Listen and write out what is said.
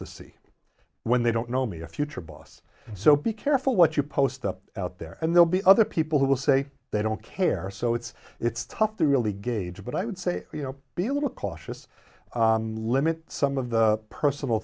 to see when they don't know me a future boss so be careful what you post up out there and they'll be other people who will say they don't care so it's it's tough to really gauge but i would say you know be a little cautious limits some of the personal